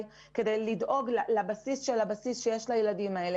כדי לדאוג לבסיס של הבסיס עבור הילדים.